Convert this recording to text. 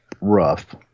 rough